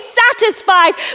satisfied